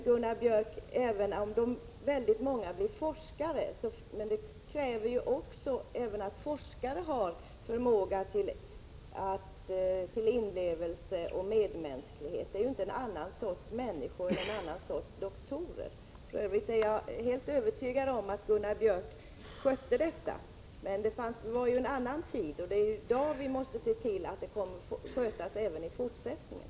Gunnar Biörck säger att många medicine studerande blir forskare, men det krävs ju att också forskare har inlevelseförmåga och förmåga att visa medmänsklighet. Det är ju inte en annan sorts människor och doktorer. I övrigt är jag helt övertygad om att Gunnar Biörck skötte den saken, men det var under en annan tid än nu. I dag måste vi se till att den saken sköts även i fortsättningen.